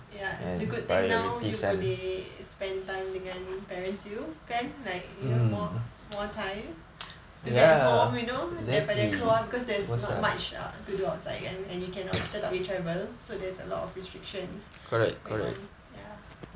ya the good thing now you boleh spend time dengan parents you kan like you know more more time to get home you know daripada keluar because there's not much to do outside and and you cannot kita tak boleh travel so there's a lot of restrictions going on ya